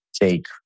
take